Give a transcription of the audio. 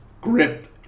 gripped